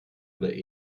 oder